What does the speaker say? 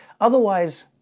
otherwise